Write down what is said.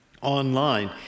online